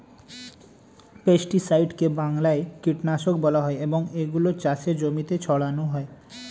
পেস্টিসাইডকে বাংলায় কীটনাশক বলা হয় এবং এগুলো চাষের জমিতে ছড়ানো হয়